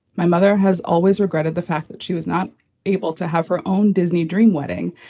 my mother has always regretted the fact that she was not able to have her own disney dream wedding.